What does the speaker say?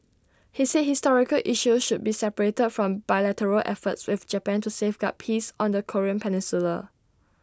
he said historical issues should be separated from bilateral efforts with Japan to safeguard peace on the Korean peninsula